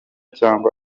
cyangwa